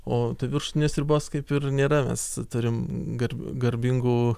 o viršutinės ribos kaip ir nėra mes turim gar garbingų